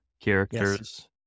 characters